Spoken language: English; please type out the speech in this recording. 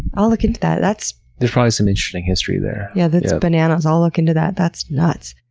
i'll look into that, that's, there's probably some interesting history there. yeah. that's bananas. i'll look into that. that's nuts.